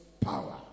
power